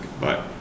Bye